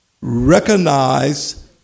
recognize